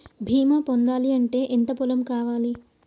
బీమా పొందాలి అంటే ఎంత పొలం కావాలి?